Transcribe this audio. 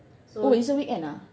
oh it's a weekend ah